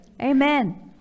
Amen